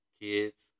kids